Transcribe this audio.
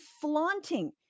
flaunting